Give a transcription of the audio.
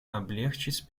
облегчить